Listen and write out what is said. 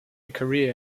career